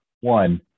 One